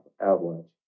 avalanche